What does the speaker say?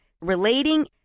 relating